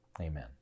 Amen